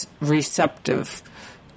receptive